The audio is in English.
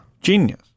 Genius